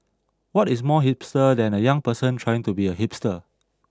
what is more hipster than a young person trying to be a hipster